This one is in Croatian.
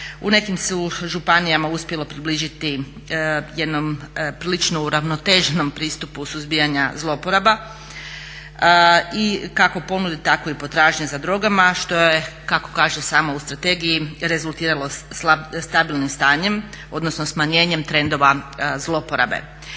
U nekim županijama se uspjelo približiti jednom prilično uravnoteženom pristupu suzbijanja zlouporaba i kako ponuda tako i potražnja za drogama što je kako kaže u samoj strategiji rezultiralo stabilnim stanjem, odnosno smanjenjem trendova zlouporabe.